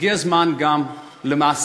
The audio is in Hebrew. הגיע הזמן גם למעשייה,